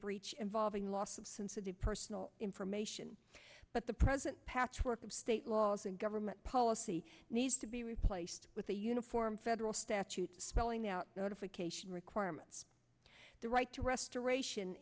breach involving loss of sensitive personal information but the present patchwork of state laws and government policy needs to be replaced with a uniform federal statute spelling out notification requirements the right to restoration